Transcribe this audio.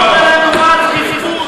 מה הדחיפות?